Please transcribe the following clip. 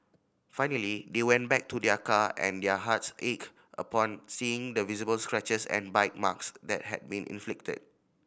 finally they went back to their car and their hearts ached upon seeing the visible scratches and bite marks that had been inflicted